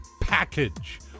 package